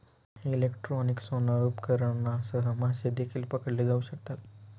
electronic sonar उपकरणांसह मासे देखील पकडले जाऊ शकतात